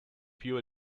fuel